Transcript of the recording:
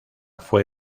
fue